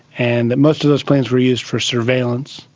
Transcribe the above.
and most of those planes were used for surveillance,